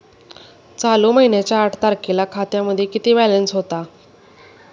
चालू महिन्याच्या आठ तारखेला खात्यामध्ये किती बॅलन्स होता?